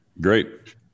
Great